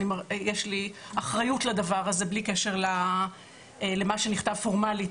יש לי אחריות לדבר הזה בלי קשר למה שנכתב פורמלית,